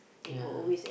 ya